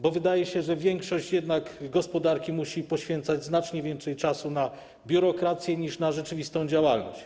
Bo wydaje się, że jednak większość gospodarki musi poświęcać znacznie więcej czasu na biurokrację niż na rzeczywistą działalność.